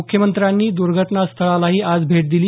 मुख्यमंत्र्यांनी दुर्घटनास्थळालाही आज भेट दिली